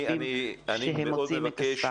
אני בכל זאת מבקש,